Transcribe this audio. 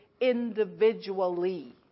individually